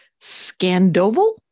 scandoval